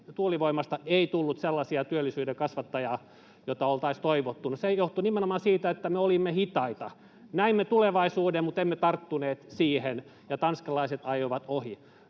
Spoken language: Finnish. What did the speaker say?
tuulivoimasta ei tullut sellaista työllisyyden kasvattajaa, jota oltaisiin toivottu. No, se johtui nimenomaan siitä, että olimme hitaita. Näimme tulevaisuuden, mutta emme tarttuneet siihen, ja tanskalaiset ajoivat ohi.